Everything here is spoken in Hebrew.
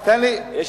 בוא נדייק, יש ארבעה.